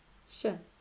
sure